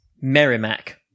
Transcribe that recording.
Merrimack